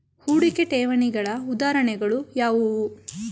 ಹೂಡಿಕೆ ಠೇವಣಿಗಳ ಉದಾಹರಣೆಗಳು ಯಾವುವು?